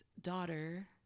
daughter